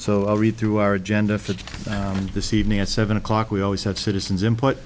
so i read through our agenda for this evening at seven o'clock we always have citizens input